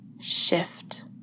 shift